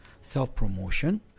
self-promotion